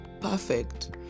perfect